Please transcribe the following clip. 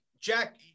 Jack